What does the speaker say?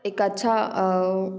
एक अच्छा अ